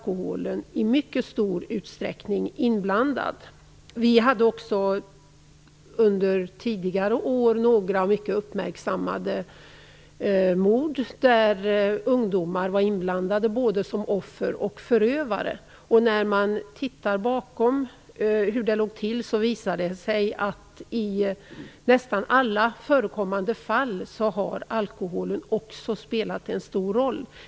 Också under tidigare år begicks några uppmärksammade mord där ungdomar var inblandade, både som offer och som förövare. I nästan alla förekommande fall har det visat sig att alkoholen har spelat en stor roll.